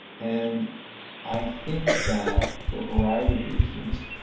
and i think that for a variety of reasons,